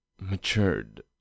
matured